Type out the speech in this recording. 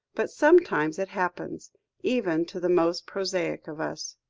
but sometimes it happens even to the most prosaic of us.